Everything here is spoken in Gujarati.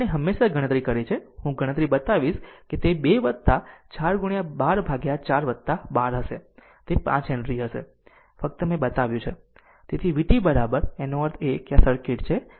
આપણે હમણાં જ ગણતરી કરી છે હું ગણતરી બતાવીશ કે તે 2 વત્તા 4 124 વત્તા બાર હશે તે 5 હેનરી હશે ફક્ત મેં બતાવ્યું તેથી vt તેનો અર્થ એ કે આ સર્કિટ છે